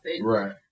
Right